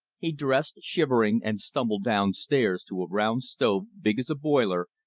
he dressed, shivering, and stumbled down stairs to a round stove, big as a boiler,